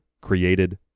created